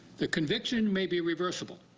the conviction may be reversible.